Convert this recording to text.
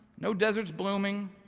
no deserts blooming,